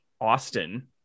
Austin